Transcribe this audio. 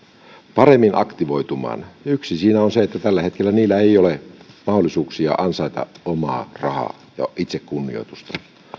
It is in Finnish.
paremmin aktivoitumaan yksi siinä on se että tällä hetkellä heillä ei ole mahdollisuuksia ansaita omaa rahaa ja itsekunnioitusta